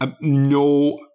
no